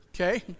Okay